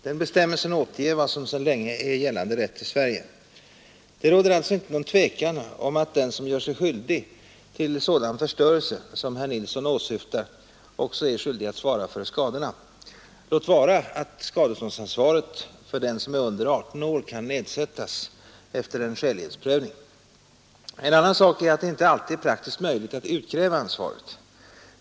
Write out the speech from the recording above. Denna bestämmelse återger vad som sedan länge är gällande rätt i Sverige. Det råder alltså inte något tvivel om att den som gör sig skyldig till sådan förstörelse som herr Nilsson åsyftar också är skyldig att svara för skadorna, låt vara att skadeståndsansvaret för den som är under 18 år kan nedsättas efter en skälighetsprövning. En annan sak är att det inte alltid är praktiskt möjligt att utkräva detta ansvar.